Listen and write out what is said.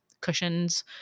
cushions